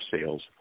sales